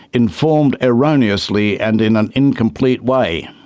informed erroneously and in an incomplete way.